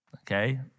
Okay